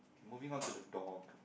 okay moving on to the dog